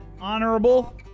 honorable